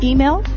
Email